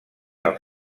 els